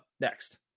next